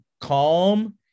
calm